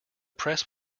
press